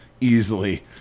easily